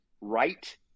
right